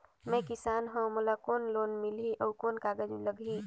मैं किसान हव मोला कौन लोन मिलही? अउ कौन कागज लगही?